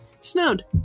snowed